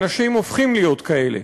אנשים הופכים להיות כאלה,